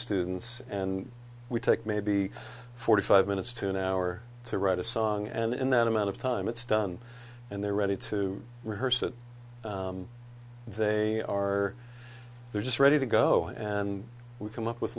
students and we take maybe forty five minutes to an hour to write a song and in that amount of time it's done and they're ready to rehearse it they are there just ready to go and we come up with